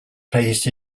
placed